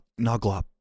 Noglop